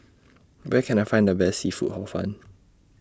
Where Can I Find The Best Seafood Hor Fun